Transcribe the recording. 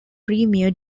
premier